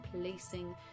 placing